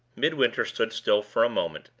midwinter stood still for a moment,